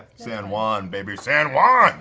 san juan, baby. san juan!